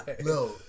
no